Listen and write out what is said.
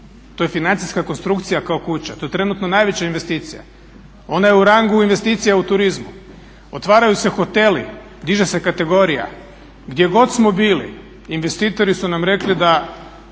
To je financijska konstrukcija kao kuća. To je trenutno najveća investicija. Ona je u rangu investicija u turizmu. Otvaraju se hoteli, diže se kategorija. Gdje god smo bili investitori su nam rekli da